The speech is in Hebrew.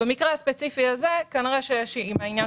במקרה הספציפי הזה כנראה שיש עם העניין